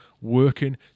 working